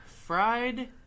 fried